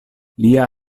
lia